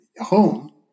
home